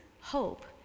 hope